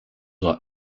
are